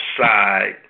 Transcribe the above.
side